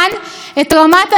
חלקכם,